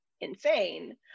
insane